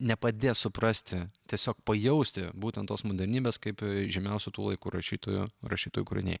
nepadės suprasti tiesiog pajausti būtent tos modernybės kaip žymiausių tų laikų rašytojų rašytojų kūriniai